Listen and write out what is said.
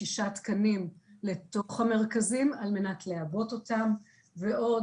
תקנים לתוך המרכזים האלו וזאת על מנת לעבות אותם ועוד